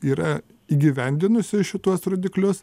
yra įgyvendinusi šituos rodiklius